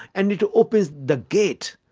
and it opens the gate,